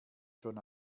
schon